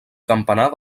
campanar